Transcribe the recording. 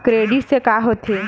Credit से का होथे?